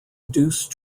deuce